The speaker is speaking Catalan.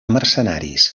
mercenaris